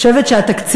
אני חושבת שהתקציב,